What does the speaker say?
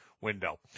window